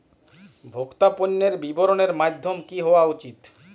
ভোক্তা পণ্যের বিতরণের মাধ্যম কী হওয়া উচিৎ?